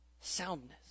Soundness